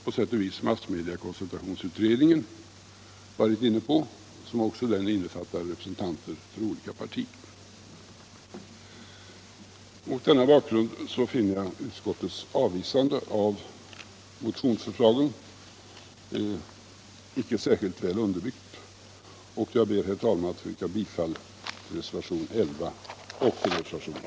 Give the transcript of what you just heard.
På sätt och vis har också massmediekoncentrationsutredningen, som också innefattar representanter för olika partier, varit inne på det. Mot denna bakgrund finner jag utskottets avstyrkande av motionsförslagen inte särskilt väl underbyggt, och jag ber, herr talman, att få yrka bifall till reservationerna 11 och 18.